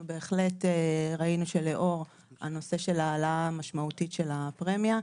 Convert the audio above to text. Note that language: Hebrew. אנחנו בהחלט ראינו בעקבות הנושא של ההעלאה המשמעותית של הפרמיה,